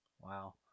wow